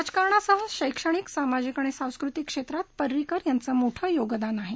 राजकारणासह शैक्षणिक सामाजिक आणि सांस्कृतिक क्षेत्रात परिंकर यांचं मोठं योगदान आहे